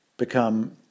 become